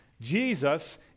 Jesus